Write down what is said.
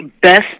Best